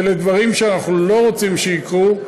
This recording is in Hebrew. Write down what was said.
ולדברים שאנחנו לא רוצים שיקרו.